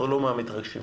אנחנו מהמתרגשים.